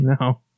no